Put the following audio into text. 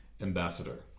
ambassador